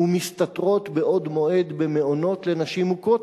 ומסתתרות בעוד מועד במעונות לנשים מוכות,